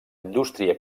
indústria